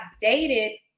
dated